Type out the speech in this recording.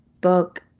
book